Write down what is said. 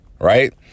right